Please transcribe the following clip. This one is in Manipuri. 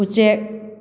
ꯎꯆꯦꯛ